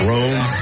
Rome